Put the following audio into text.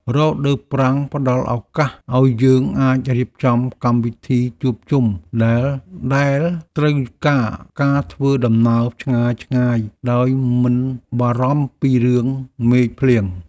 រដូវប្រាំងផ្តល់ឱកាសឱ្យយើងអាចរៀបចំកម្មវិធីជួបជុំដែលត្រូវការការធ្វើដំណើរឆ្ងាយៗដោយមិនបារម្ភពីរឿងមេឃភ្លៀង។